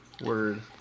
Word